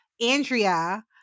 Andrea